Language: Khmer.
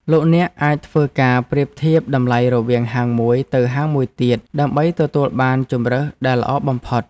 លោកអ្នកអាចធ្វើការប្រៀបធៀបតម្លៃរវាងហាងមួយទៅហាងមួយទៀត ដើម្បីទទួលបានជម្រើសដែលល្អបំផុត។